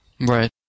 Right